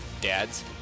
Dads